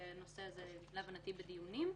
והנושא הזה להבנתי בדיונים.